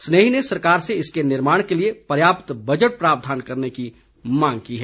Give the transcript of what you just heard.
स्नेही ने सरकार से इसके निर्माण के लिए पर्याप्त बजट प्रावधान करने की मांग की है